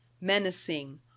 menacing